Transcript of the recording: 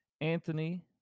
Anthony